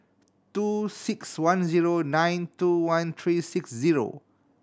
two six one zero nine two one three six zero